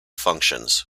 functions